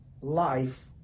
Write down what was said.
life